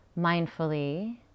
mindfully